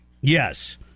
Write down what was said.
Yes